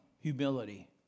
humility